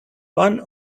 one